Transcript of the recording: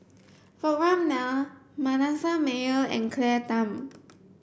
Vikram Nair Manasseh Meyer and Claire Tham